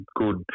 good